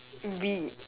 B